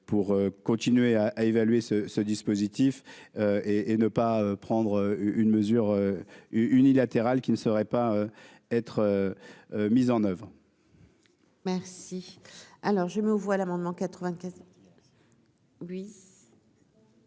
pour continuer à évaluer ce ce dispositif et et ne pas prendre une mesure unilatérale qui ne sauraient pas être mise en oeuvre. Merci, alors je mets aux voix l'amendement 95 oui.